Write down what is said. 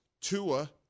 Tua